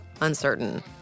Uncertain